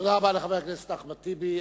תודה רבה לחבר הכנסת אחמד טיבי.